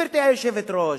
גברתי היושבת-ראש,